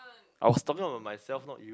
I was talking about myself not you